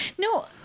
no